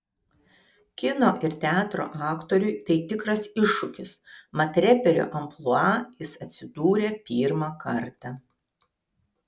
kino ir teatro aktoriui tai tikras iššūkis mat reperio amplua jis atsidūrė pirmą kartą